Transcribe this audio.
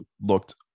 looked